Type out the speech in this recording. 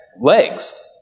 Legs